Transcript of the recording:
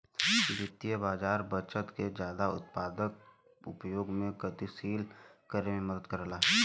वित्तीय बाज़ार बचत के जादा उत्पादक उपयोग में गतिशील करे में मदद करला